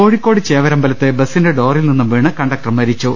കോഴിക്കോട് ചേവരമ്പലത്ത് ബസിന്റെ ഡോറിൽ നിന്നും വീണ് കണ്ടക്ടർ മരിച്ചു